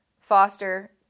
Foster